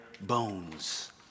bones